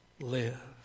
live